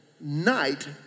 night